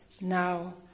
now